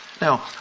Now